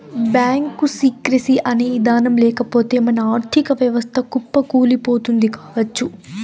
bank secrecy అనే ఇదానం లేకపోతె మన ఆర్ధిక వ్యవస్థ కుప్పకూలిపోతుంది కావచ్చు